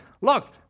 look